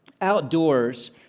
outdoors